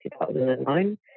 2009